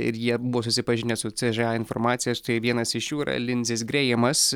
ir jie buvo susipažinę su cža informacija štai vienas iš jų yra linzis greimas